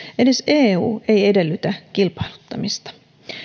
edes eu ei edellytä kilpailuttamista